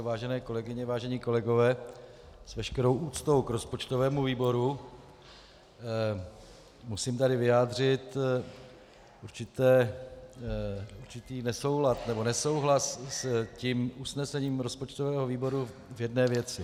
Vážené kolegyně, vážení kolegové, s veškerou úctou k rozpočtovému výboru musím tady vyjádřit určitý nesoulad nebo nesouhlas s usnesením rozpočtového výboru v jedné věci.